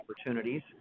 opportunities